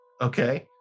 okay